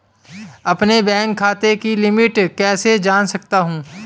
अपने बैंक खाते की लिमिट कैसे जान सकता हूं?